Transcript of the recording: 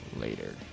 later